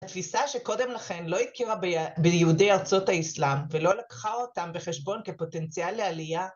תפיסה שקודם לכן לא הכירה ביהודי ארצות האסלאם ולא לקחה אותם בחשבון כפוטנציאל לעלייה